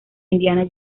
indiana